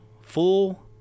full